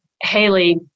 Haley